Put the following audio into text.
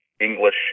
English